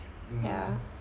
mm